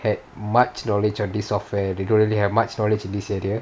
had much knowledge on this software they don't really have much knowledge in this area